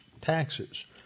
taxes